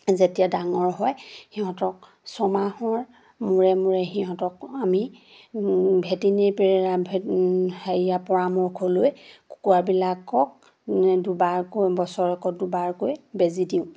যেতিয়া ডাঙৰ হয় সিহঁতক ছমাহৰ মূৰে মূৰে সিহঁতক আমি ভেটেৰিনেৰীৰ পৰা হেৰিয়াৰ পৰামৰ্শ লৈ কুকুৰাবিলাকক দুবাৰকৈ বছৰকত দুবাৰকৈ বেজী দিওঁ